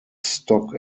stock